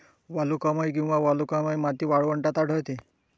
वालुकामय किंवा वालुकामय माती वाळवंटात आढळते